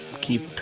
keep